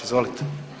Izvolite.